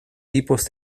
tipos